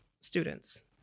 students